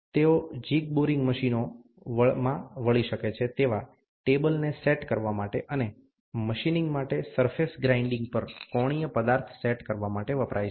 તેઓ jig boring મશીનોના વળી શકે તેવા ટેબલને સેટ કરવા અને મશીનિંગ માટે સરફેસ ગ્રાઇન્ડીંગ પર કોણીય પદાર્થ સેટ કરવા માટે વપરાય છે